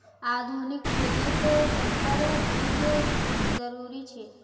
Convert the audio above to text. आधुनिक खेतित संकर बीज जरुरी छे